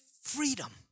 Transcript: freedom